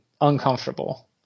uncomfortable